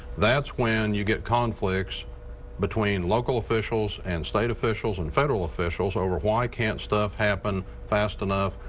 that's when you get conflicts between local officials and state officials and federal officials over why can't stuff happen fast enough.